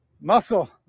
Muscle